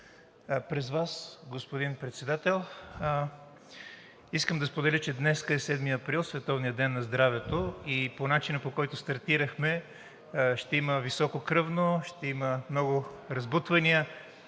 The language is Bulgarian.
Чрез Вас, господин Председател, искам да споделя, че днес е 7 април – Световният ден на здравето, и по начина, по който стартирахме, ще има високо кръвно, ще има много разбутвания.